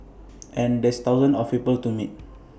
and there's thousands of people to meet